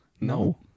No